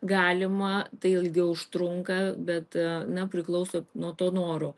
galima tai ilgiau užtrunka bet na priklauso nuo to noro